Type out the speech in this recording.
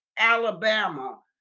alabama